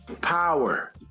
Power